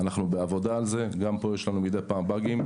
אנחנו בעבודה על זה, גם פה יש לנו מדי פעם באגים.